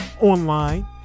online